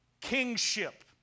kingship